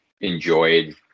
enjoyed